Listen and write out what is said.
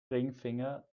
ringfinger